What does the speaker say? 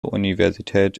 universität